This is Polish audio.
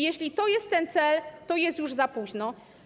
Jeśli to jest ten cel, to jest już za późno.